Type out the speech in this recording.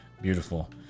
Beautiful